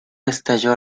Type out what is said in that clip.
estalló